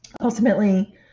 Ultimately